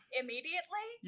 immediately